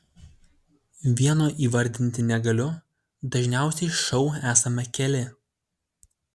vieno įvardinti negaliu dažniausiai šou esame keli